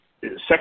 second